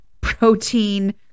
protein